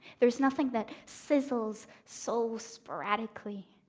there's nothing that sizzles so sporadically.